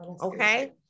okay